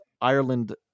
ireland